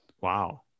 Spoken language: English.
Wow